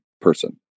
person